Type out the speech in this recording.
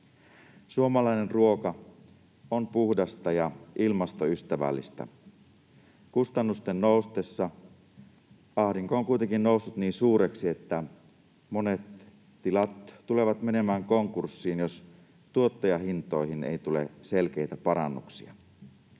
Suomalainen ruoka on puhdasta ja ilmastoystävällistä. Kustannusten noustessa ahdinko on kuitenkin noussut niin suureksi, että monet tilat tulevat menemään konkurssiin, jos tuottajahintoihin ei tule selkeitä parannuksia.